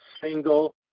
single